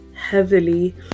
heavily